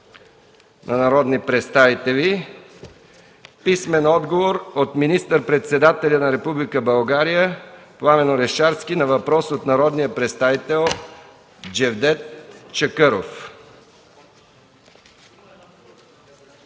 на народни представители от: - министър-председателя на Република България Пламен Орешарски на въпрос от народния представител Джевдет Чакъров;